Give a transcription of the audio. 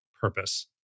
purpose